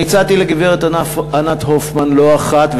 אני הצעתי לגברת ענת הופמן לא אחת,